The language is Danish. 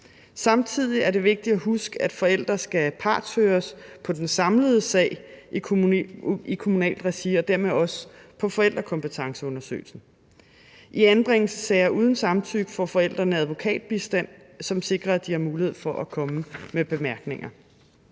Samtidig er det vigtigt at huske, at forældre skal partshøres på den samlede sag i kommunalt regi og dermed også, hvad angår forældrekompetenceundersøgelsen. I anbringelsessager uden samtykke får forældrene advokatbistand, som sikrer, at de har mulighed for at komme med bemærkninger.